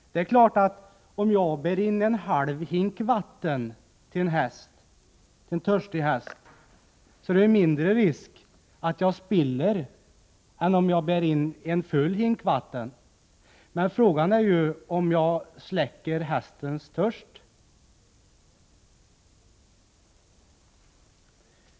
Det är klart att om jag bär in en halv hink vatten till en törstig häst, då är det mindre risk att jag spiller än om jag bär in en full hink — men frågan är ju om jag släcker hästens törst.